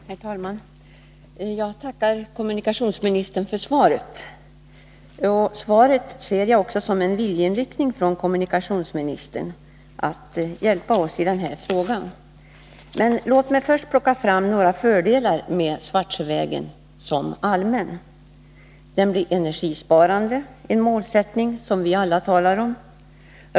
Herr talman! Jag tackar kommunikationsministern för svaret. Jag ser också svaret så att det finns en viljeinriktning hos kommunikationsministern att hjälpa oss i den här frågan. Låt mig först plocka fram några fördelar med att ha Svartsjövägen som allmän väg. Man spar energi — en målsättning som vi alla talar om.